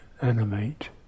animate